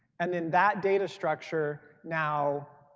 and then that data structure now,